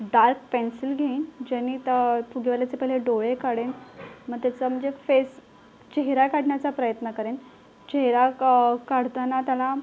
dark pencil घेईन ज्याने त्या फुगेवाल्याचे पहिले डोळे काढेन मग त्याचा म्हणजे फेस चेहरा काढण्याचा प्रयत्न करेन चेहरा का काढताना त्याला